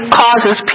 causes